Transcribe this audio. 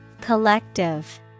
Collective